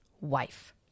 wife